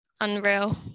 Unreal